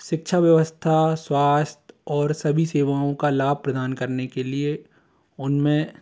शिक्षा व्यवस्था स्वास्थ्य और सभी सेवाओं का लाभ प्रदान करने के लिए उन में